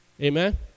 Amen